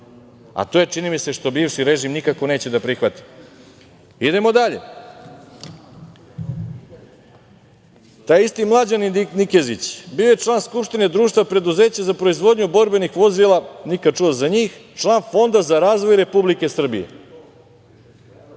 a to je, čini mi se, što bivši režim nikako neće da prihvati. Idemo dalje. Taj isti mlađani Nikezić bio je član Skupštine društva preduzeća za proizvodnju borbenih vozila, nikad čuo za njih, član Fonda za razvoj Republike Srbije.